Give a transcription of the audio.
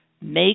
Make